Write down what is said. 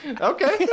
okay